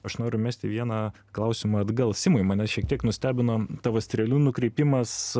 aš noriu mesti vieną klausimą atgal simai mane šiek tiek nustebino tavo strėlių nukreipimas